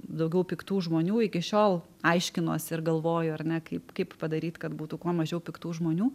daugiau piktų žmonių iki šiol aiškinuosi ir galvoju ar ne kaip kaip padaryt kad būtų kuo mažiau piktų žmonių